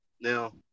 now